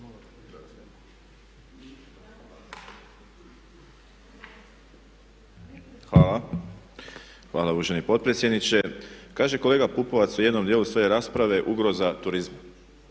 Hvala uvaženi potpredsjedniče. Kaže kolega Pupovac u jednom dijelu svoje rasprave ugroza turizma.